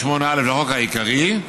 לחוק העיקרי,